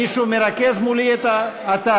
מישהו מרכז מולי את ?